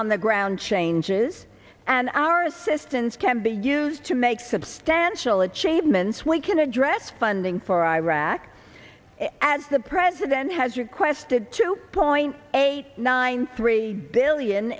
on the ground changes and our assistance can be used to make substantial achievements we can address funding for iraq as the president has requested two point eight nine three billion